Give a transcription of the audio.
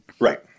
right